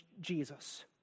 Jesus